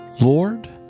lord